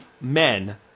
men